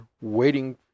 waiting